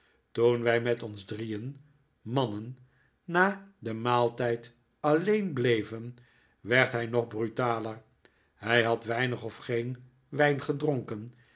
toen wij met ons drieen mannen na den maaltijd alleen bleven werd hij nog brutaler hij had weinig of geen wijn gedronken